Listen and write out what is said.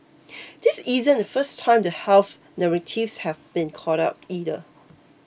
this isn't the first time the health narratives have been called out either